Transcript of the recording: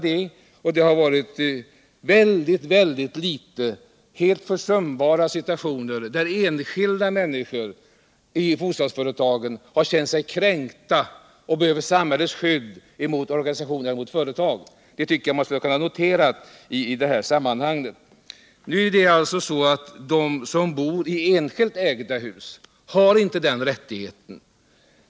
Det har varit ett helt försumbart antal situationer, där enskilda människor i bostadsföretagen har känt sig kränkta och behövt samhällets skydd mot organisationer och mot företag. Det tycker jag man skall notera I detta sammanhang. Nu är det så att de som bor i enskilt ägda hus inte har denna rättighet.